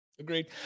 Agreed